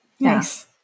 Nice